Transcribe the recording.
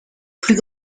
plus